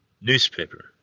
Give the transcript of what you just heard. newspaper